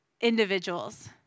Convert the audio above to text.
individuals